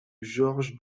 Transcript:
george